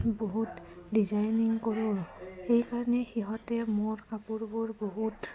বহুত ডিজাইনিং কৰোঁ এইকাৰণে সিহঁতে মোৰ কাপোৰবোৰ বহুত